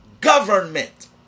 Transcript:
government